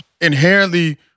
inherently